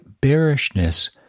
bearishness